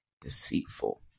deceitful